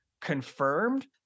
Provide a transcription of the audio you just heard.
confirmed